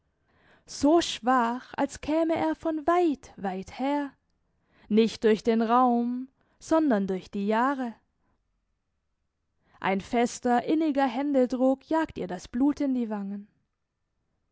so schwach als käme er von weit weit her nicht durch den raum sondern durch die jahre ein fester inniger händedruck jagt ihr das blut in die wangen